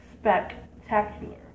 spectacular